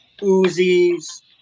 Uzi's